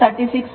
I 43